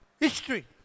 History